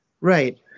Right